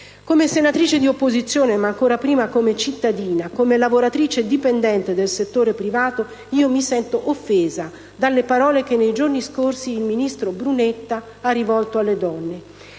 Come senatrice di opposizione, ma ancora prima come cittadina e lavoratrice dipendente del settore privato, io mi sento offesa dalle parole che nei giorni scorsi il ministro Brunetta ha rivolto alle donne.